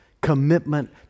commitment